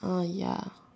uh ya